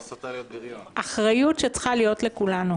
באחריות שצריכה להיות לכולנו,